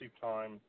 time